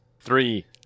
Three